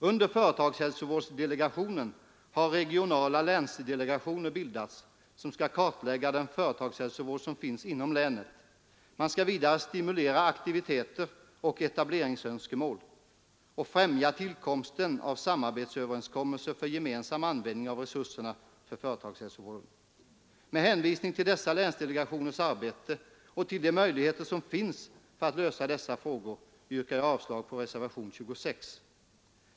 Under företagshälsovårdsdelegationen har regionala länsdelegationer bildats som skall kartlägga den företagshälsovård som finns inom länet. Man skall vidare stimulera aktiviteter och etableringsönskemål och främja tillkomsten av samarbetsöverenskommelser för gemensam användning av resurserna för företagshälsovården. Med hänvisning till dessa länsdelegationers arbete och till de möjligheter som finns att lösa dessa frågor yrkar jag avslag på reservationen 26.